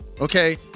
okay